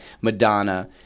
Madonna